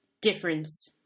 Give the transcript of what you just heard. difference